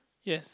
yes